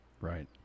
Right